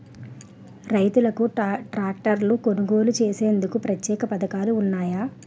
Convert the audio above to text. రైతులకు ట్రాక్టర్లు కొనుగోలు చేసేందుకు ప్రత్యేక పథకాలు ఉన్నాయా?